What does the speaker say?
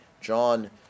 John